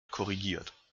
korrigiert